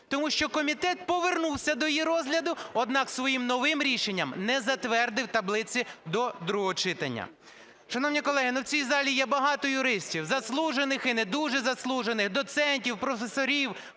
Тому що комітет повернувся до її розгляду, однак своїм новим рішенням не затвердив таблиці до другого читання. Шановні колеги, в цій залі є багато юристів, заслужених і не дуже заслужених, доцентів, професорів,